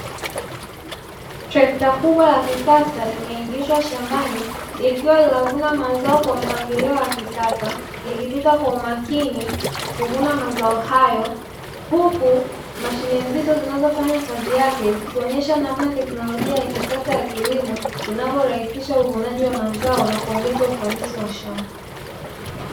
Trekta kubwa la kisasa limeegeshwa shambani likiwa linavuna mazao kwa mpangilio wa kisasa, likipita kwa umakini kuvuna mazao hayo huku mashine nzito zinazofanya kazi yake zikionyesha namna teknolojia ya kisasa ya kilimo inavyorahisisha uvunaji wa mazao na kuongeza ufanisi wa shamba.